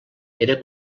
era